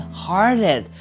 hearted